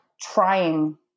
trying